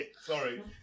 Sorry